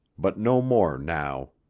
but no more now.